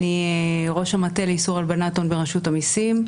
אני ראש המטה לאיסור הלבנת הון ברשות המיסים.